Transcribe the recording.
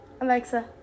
Alexa